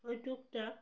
ওই ট্যুরটা